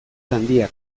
handiak